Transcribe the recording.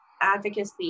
advocacy